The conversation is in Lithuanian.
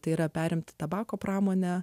tai yra perimti tabako pramonę